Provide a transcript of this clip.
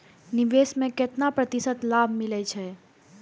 निवेश में केतना प्रतिशत लाभ मिले छै?